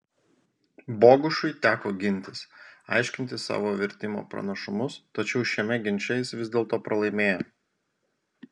bogušui teko gintis aiškinti savo vertimo pranašumus tačiau šiame ginče jis vis dėlto pralaimėjo